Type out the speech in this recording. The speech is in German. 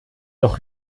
doch